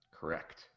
correct